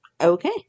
Okay